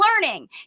learning